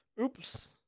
Oops